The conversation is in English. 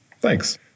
Thanks